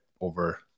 over